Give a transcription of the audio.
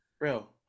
real